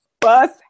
bus